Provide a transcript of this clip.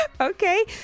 Okay